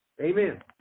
Amen